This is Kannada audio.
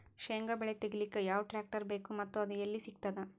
ಶೇಂಗಾ ಬೆಳೆ ತೆಗಿಲಿಕ್ ಯಾವ ಟ್ಟ್ರ್ಯಾಕ್ಟರ್ ಬೇಕು ಮತ್ತ ಅದು ಎಲ್ಲಿ ಸಿಗತದ?